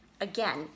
again